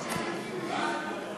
הצעת חוק חשובה,